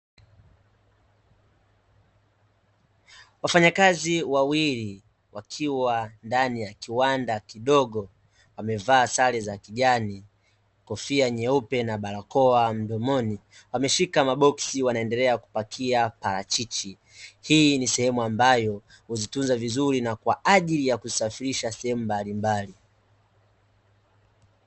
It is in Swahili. Wafanyakazi wawili wakiwa ndani ya kiwanda kidogo wamevaa sare za kijani, kofia nyeupe na barakoa mdomoni, wameshika maboksi wanaendelea kupakia parachichi. Hii ni sehemu ambayo huzitunza vizuri na kwa ajili ya kusafirisha sehemu mbalimbali.